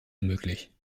möglich